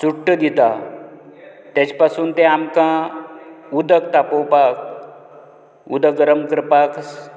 चुडटां दिता तेजे पासून तें आमकां उदक तापोवपाक उदक गरम करपाक